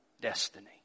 destiny